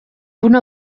una